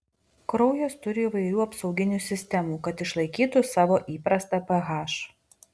kraujas turi įvairių apsauginių sistemų kad išlaikytų savo įprastą ph